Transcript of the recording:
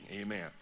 amen